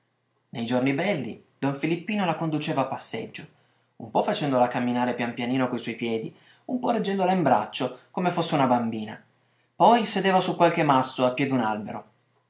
nei giorni belli don filippino la conduceva a passeggio un po facendola camminare pian pianino coi suoi piedi un po reggendola in braccio come fosse una bambina poi sedeva su qualche masso a piè d'un albero